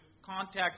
contact